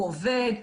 הוא עובד,